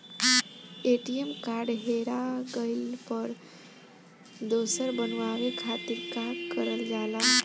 ATM card हेरा गइल पर दोसर बनवावे खातिर का करल जाला?